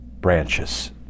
branches